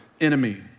enemy